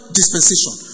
dispensation